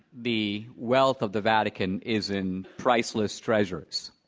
the wealth of the vatican is in priceless treasures,